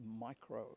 micro